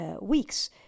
weeks